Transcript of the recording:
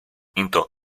into